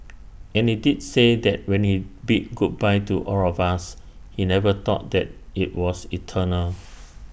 and he did say that when he bid goodbye to all of us he never thought that IT was eternal